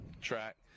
track